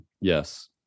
Yes